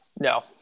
No